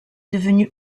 devenue